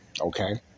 Okay